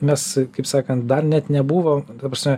mes kaip sakan dar net nebuvom ta prasme